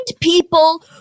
people